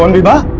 um vibha